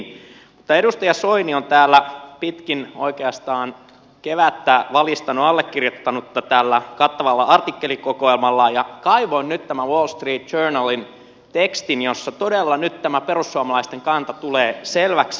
mutta edustaja soini on täällä oikeastaan pitkin kevättä valistanut allekirjoittanutta tällä kattavalla artikkelikokoelmalla ja kaivoin nyt tämän wall street journalin tekstin jossa todella nyt tämä perussuomalaisten kanta tulee selväksi